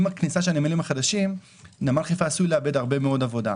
עם הכניסה של הנמלים החדשים נמל חיפה עשוי לאבד הרבה מאוד עבודה.